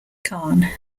kahn